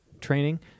training